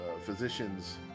Physicians